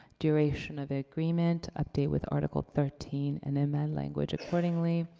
duration of agreement. update with article thirteen and amend language accordingly.